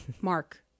Mark